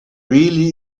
really